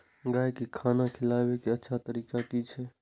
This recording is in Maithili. गाय का खाना खिलाबे के अच्छा तरीका की छे?